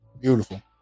Beautiful